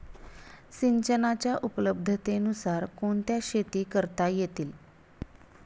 सिंचनाच्या उपलब्धतेनुसार कोणत्या शेती करता येतील?